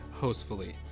Hostfully